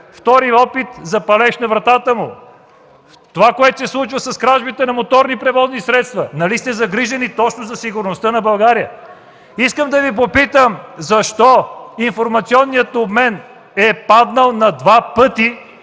втори опит за палеж на вратата му? Това, което се случва с кражбите на моторни превозни средства? Нали сте загрижени точно за сигурността на България? Искам да Ви попитам: защо е паднал над два пъти